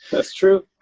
that's true.